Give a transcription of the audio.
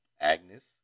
Agnes